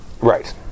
Right